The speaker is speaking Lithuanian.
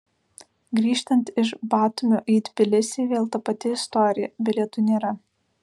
grįžtant iš batumio į tbilisį vėl ta pati istorija bilietų nėra